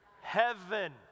Heaven